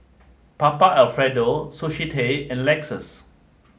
Papa Alfredo Sushi Tei and Lexus